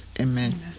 Amen